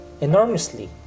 enormously